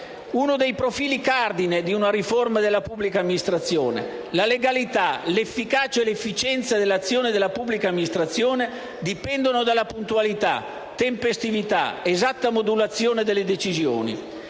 uno dei profili cardine di una riforma della pubblica amministrazione. La legalità, l'efficacia e l'efficienza dell'azione della pubblica amministrazione dipendono dalla puntualità, tempestività ed esatta modulazione della decisioni.